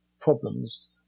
problems